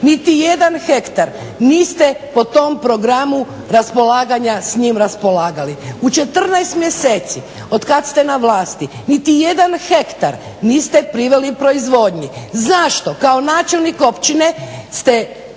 Niti jedan hektar niste po tom programu raspolaganja s njim raspolagali. U 14 mjeseci od kada ste na vlasti niti jedan hektar niste priveli proizvodnji. Zašto? Kao načelnik općine ste